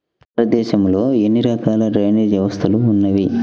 భారతదేశంలో ఎన్ని రకాల డ్రైనేజ్ వ్యవస్థలు ఉన్నాయి?